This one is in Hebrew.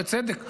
בצדק,